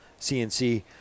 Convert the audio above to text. cnc